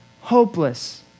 hopeless